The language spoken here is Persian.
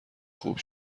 خوب